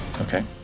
Okay